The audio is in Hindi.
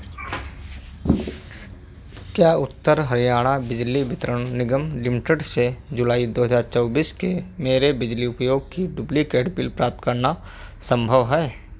क्या उत्तर हरियाणा बिजली वितरण निगम लिमिटेड से जुलाई दो हज़ार चौबीस के मेरे बिजली उपयोग की डुप्लिकेट बिल प्राप्त करना संभव है